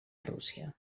rússia